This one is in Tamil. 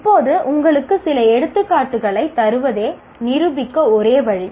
இப்போது உங்களுக்கு சில எடுத்துக்காட்டுகளைத் தருவதே நிரூபிக்க ஒரே வழி